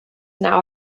now